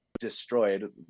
destroyed